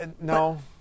No